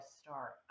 start